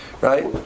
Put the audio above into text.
right